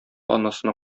анасына